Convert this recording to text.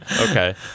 Okay